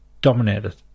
dominated